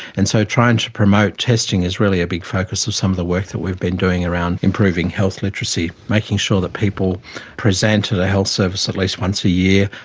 and so trying to promote testing is really a big focus of some of the work that we've been doing around improving health literacy, making sure that people present at a health service at least once a year,